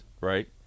right